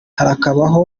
harakabaho